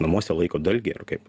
namuose laiko dalgį ar kaip